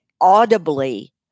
audibly